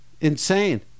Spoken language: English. Insane